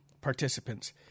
participants